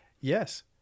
Yes